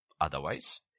Otherwise